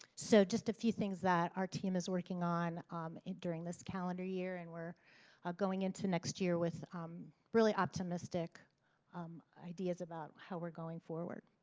so just a few things that our team is working on um during this calendar year and we're going into next year with really optimistic ideas about how we're going forward.